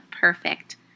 perfect